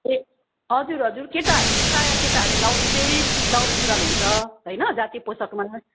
ए हजुर हजुर केटाहरूले चाहिँ प्रायः केटाहरूले लाउने चाहिँ दौरा सुरुवाल हुन्छ होइन जातीय पोसाकमा